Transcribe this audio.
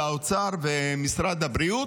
לאוצר ולמשרד הבריאות,